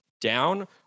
down